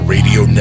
Radio